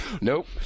Nope